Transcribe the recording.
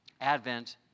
Advent